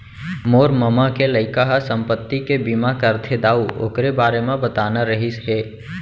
मोर ममा के लइका ह संपत्ति के बीमा करथे दाऊ,, ओकरे बारे म बताना रहिस हे